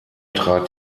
trat